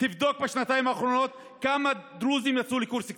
תבדוק בשנתיים האחרונות כמה דרוזים יצאו לקורס קצינים.